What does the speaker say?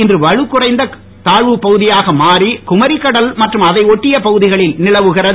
இன்று வலுக் குறைந்த தாழ்வுப் பகுதியாக மாறி குமரிக் கடல் மற்றும் அதை ஒட்டிய பகுதிகளில் நிலவுகிறது